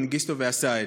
מנגיסטו וא-סייד.